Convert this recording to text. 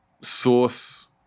source